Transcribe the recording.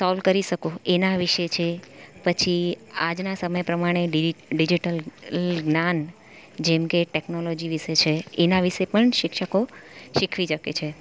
સોલ કરી શકો એના વિશે છે પછી આજના સમય પ્રમાણે ડીટ ડિઝિટલ જ્ઞાન જેમ કે ટેકનોલોજી વિષય છે એના વિશે પણ શિક્ષકો શીખવી શકે છે